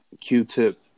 Q-Tip